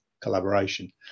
collaboration